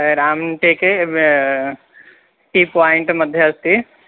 Ramteke T point अस्ति